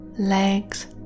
legs